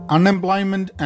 Unemployment